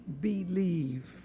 Believe